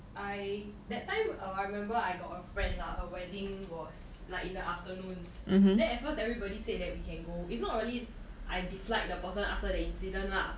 I that time uh I remember I got a friend lah her wedding was like in the afternoon then at first everybody said that we can go it's not really I dislike the person after that incident lah